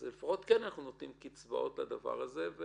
אז אנחנו לפחות נותנים קצבאות לדבר הזה.